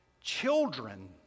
Children